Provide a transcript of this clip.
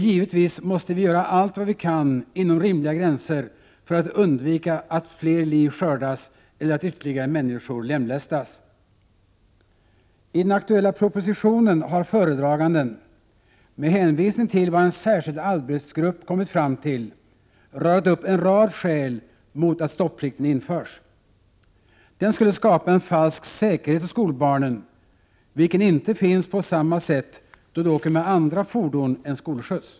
Givetvis måste vi göra allt vad vi kan inom rimliga gränser för att undvika att fler liv skördas eller att ytterligare människor lemlästas. I den aktuella propositionen har föredraganden — med hänvisning till vad en särskild arbetsgrupp kommit fram till — radat upp en rad skäl mot att stopplikten införs. Den skulle skapa en falsk säkerhet hos skolbarnen, vilken 131 inte finns på samma sätt då de åker med andra fordon än skolskjuts.